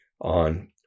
on